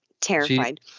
terrified